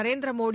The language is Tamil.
நரேந்திர மோடி